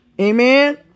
Amen